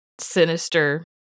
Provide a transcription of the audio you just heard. sinister